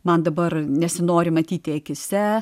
man dabar nesinori matyti akyse